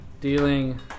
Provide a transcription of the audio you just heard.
dealing